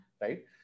right